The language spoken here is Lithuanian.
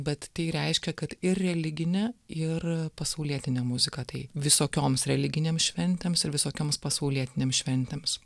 bet tai reiškia kad ir religinė ir pasaulietinė muzika tai visokioms religinėms šventėms ir visokioms pasaulietinėms šventėms